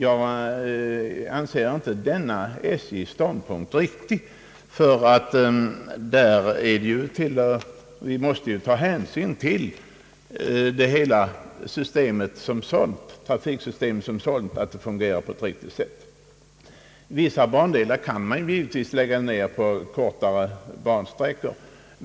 Jag anser inte att SJ:s ståndpunkt i det avseendet är riktig. Vi måste nämligen ta hänsyn till att hela trafiksystemet som sådant skall fungera på ett riktigt sätt. Vissa bandelar kan givetvis läggas ned på kortare sträckor.